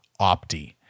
Opti